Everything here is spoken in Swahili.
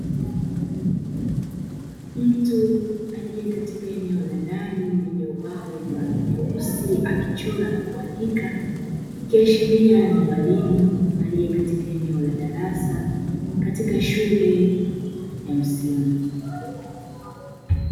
Mtu aliyekatika eneo la ndani lenye ubao wenye rangi nyeusi akichora na kuandika ikiashiria ni mwalimu aliye katika eneo la darasa katika shule ya msingi.